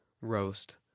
roast